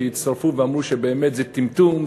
שהצטרפו ואמרו שזה טמטום,